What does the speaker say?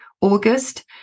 August